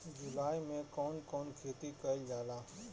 जुलाई मे कउन कउन खेती कईल जाला?